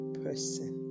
person